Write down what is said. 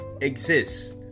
Exist